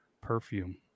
perfume